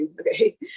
Okay